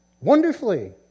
wonderfully